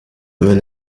wenn